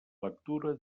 lectura